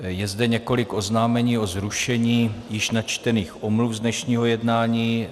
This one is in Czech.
Je zde několik oznámení o zrušení již načtených omluv z dnešního jednání.